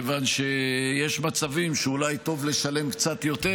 מכיוון שיש מצבים שאולי טוב לשלם קצת יותר,